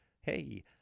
Hey